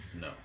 No